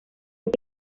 los